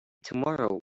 tomorrow